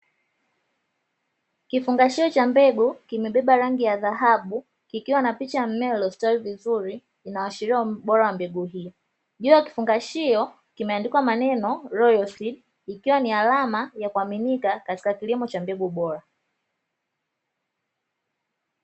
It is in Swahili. Kifungashio cha mbegu kimebeba rangi ya dhahabu kikiwa na picha ya mmea uliostawi vizuri inayoashiriwa ubora wa mbegu hii, juu ya kifungashio kimeandikwa maneno “Royal Seeds” ikiwa ni alama ya kuaminika katika kilimo cha mbegu bora.